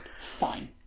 fine